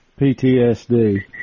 PTSD